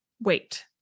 wait